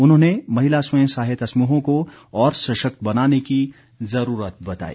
उन्होंने महिला स्वयं सहायता समूहों को और सशक्त बनाने की जरूरत बताई